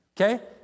okay